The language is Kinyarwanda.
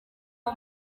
uwo